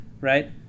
Right